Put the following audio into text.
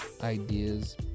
ideas